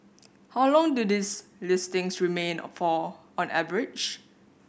how long do these listing remain for on average